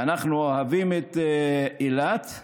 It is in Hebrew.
ואנחנו אוהבים את אילת,